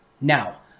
Now